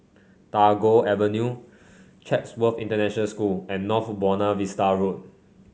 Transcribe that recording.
Tagore Avenue Chatsworth International School and North Buona Vista Road